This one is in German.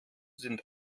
sind